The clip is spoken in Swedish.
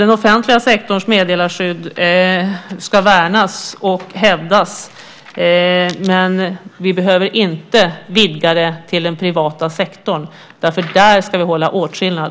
Den offentliga sektorns meddelarskydd ska värnas och hävdas, men vi behöver inte vidga det till att omfatta den privata sektorn. Där ska vi göra åtskillnad.